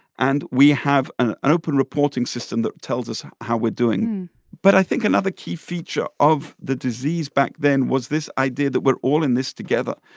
and we have an an open reporting system that tells us how we're doing but i think another key feature of the disease back then was this idea that we're all in this together.